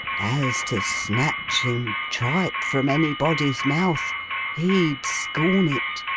as to snatching tripe from anybody's mouth he'd scorn it